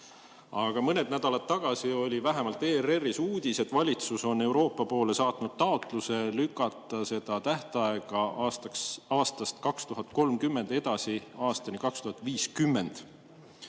Aga mõned nädalad tagasi oli vähemalt ERR-is uudis, et valitsus on Euroopa poole saatnud taotluse lükata see tähtaeg aastast 2030 edasi aastani